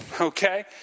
okay